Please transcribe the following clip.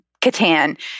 Catan